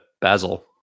Basil